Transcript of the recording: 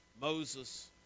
Moses